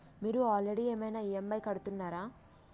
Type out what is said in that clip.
మీరు ఆల్రెడీ ఏమైనా ఈ.ఎమ్.ఐ కడుతున్నారా?